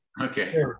okay